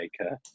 maker